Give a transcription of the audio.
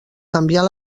canviar